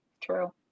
True